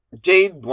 Jade